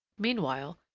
meanwhile,